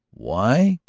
why?